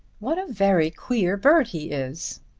what a very queer bird he is.